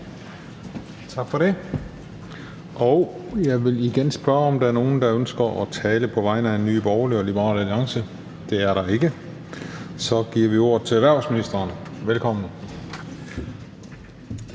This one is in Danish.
Tak for det. Jeg vil igen spørge, om der er nogen, der ønsker at tale på vegne af Nye Borgerlige og Liberal Alliance? Det er der ikke. Så giver vi ordet til erhvervsministeren. Velkommen.